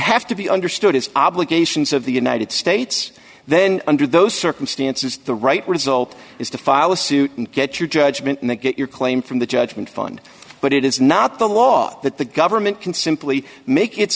have to be understood as obligations of the united states then under those circumstances the right result is to file a suit and get your judgment and then get your claim from the judgment fund but it is not the law that the government can simply make it